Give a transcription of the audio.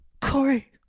Corey